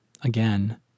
again